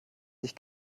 sich